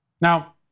Now